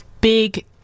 big